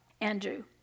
Andrew